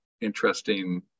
interesting